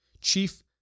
chief